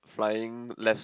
flying left